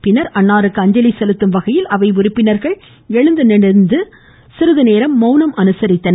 பின்னா் அன்னாருக்கு அஞ்சலி செலுத்தும் வகையில் அவை உறுப்பினா்கள் எழுந்து நின்று மௌனம் அனுசரித்தனர்